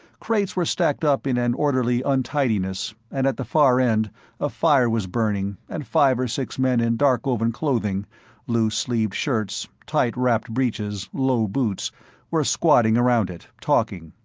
crates were stacked up in an orderly untidiness, and at the far end a fire was burning and five or six men in darkovan clothing loose sleeved shirts, tight wrapped breeches, low boots were squatting around it, talking.